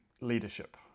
leadership